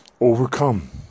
overcome